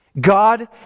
God